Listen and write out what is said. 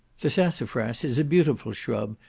the sassafras is a beautiful shrub,